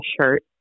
shirt